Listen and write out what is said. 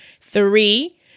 Three